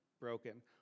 broken